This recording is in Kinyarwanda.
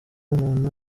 umuntu